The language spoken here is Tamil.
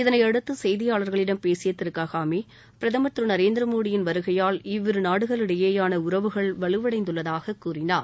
இதனையடுத்து செய்தியாளர்களிடம் பிரகமர் பேசிய க்காமே திரு திரு நரேந்திர மோடி யின் வருகையால் இவ்விரு நாடுகளிடையேயான உறவுகள் வலுவடைந்துள்ளதாகக் கூறினார்